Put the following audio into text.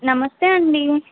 నమస్తే అండీ